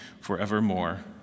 forevermore